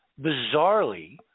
bizarrely